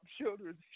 children